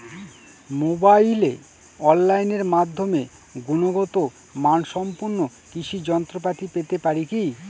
মোবাইলে অনলাইনের মাধ্যমে গুণগত মানসম্পন্ন কৃষি যন্ত্রপাতি পেতে পারি কি?